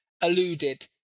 alluded